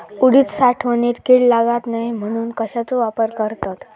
उडीद साठवणीत कीड लागात म्हणून कश्याचो वापर करतत?